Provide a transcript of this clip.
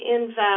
invest